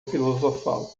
filosofal